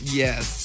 yes